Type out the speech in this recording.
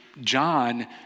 John